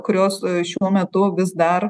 kurios šiuo metu vis dar